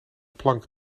plank